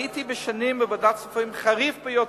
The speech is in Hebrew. הייתי שנים בוועדת הכספים, חריף ביותר,